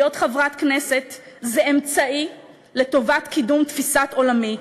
להיות חברת כנסת זה אמצעי לטובת קידום תפיסת עולמי,